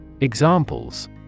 Examples